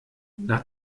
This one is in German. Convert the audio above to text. nach